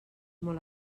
molt